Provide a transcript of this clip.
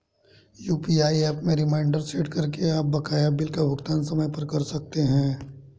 UPI app में reminder set करके आप बकाया बिल का भुगतान समय पर कर सकते हैं